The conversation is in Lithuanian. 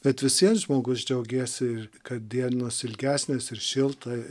bet vis vien žmogus džiaugiesi kad dienos ilgesnės ir šilta